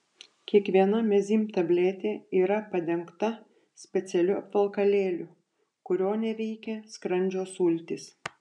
kiekviena mezym tabletė yra padengta specialiu apvalkalėliu kurio neveikia skrandžio sultys